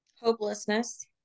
Hopelessness